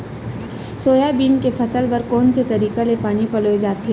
Soybean के फसल बर कोन से तरीका ले पानी पलोय जाथे?